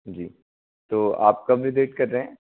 जी तो आप कब विजिट कर रहे हैं